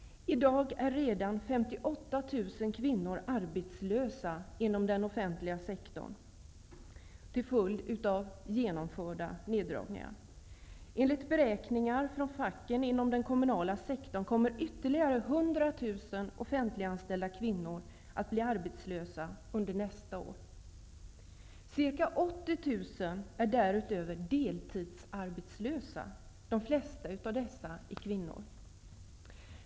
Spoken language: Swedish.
I dag är redan 58 000 kvinnor arbetslösa till följd av genomförda neddragningar inom den offentliga verksamheten. Enligt beräkningar från facken inom det kommunala området kommer ytterligare 100 000 offentliganställda kvinnor att bli arbetslösa under nästa år. Därutöver är ca 80 000 deltidsarbetslösa. De flesta av dessa är kvinnor.